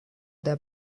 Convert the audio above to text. der